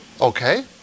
Okay